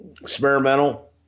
experimental